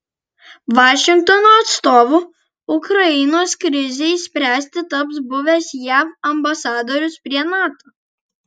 vašingtono atstovu ukrainos krizei spręsti taps buvęs jav ambasadorius prie nato